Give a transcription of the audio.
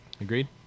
Agreed